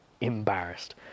embarrassed